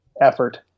effort